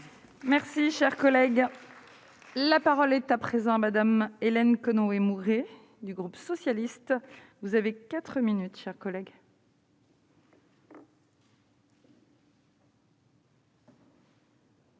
Merci, cher collègue, la parole est à présent Madame Hélène Conway Mouret du groupe socialiste, vous avez 4 minutes chers collègues.